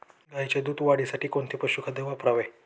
गाईच्या दूध वाढीसाठी कोणते पशुखाद्य वापरावे?